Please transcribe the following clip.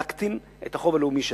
להקטין את החוב הלאומי שלה.